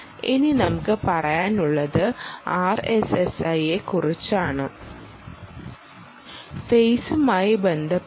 ഇനി നമുക്ക് പറയാനുള്ളത് ആർ എസ് എസ് ഐ കുറിച്ച് ആണ് ഫേസുമായി ബന്ധപ്പെട്ട്